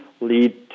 lead